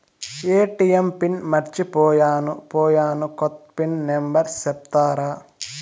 ATM pin మర్చిపోయాను పోయాను, కొత్త పిన్ నెంబర్ సెప్తారా?